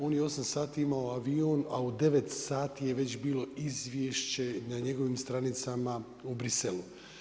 On je u 8 sati imao avion a u 9 sati je već bilo izvješće na njegovim stranicama u Briselu.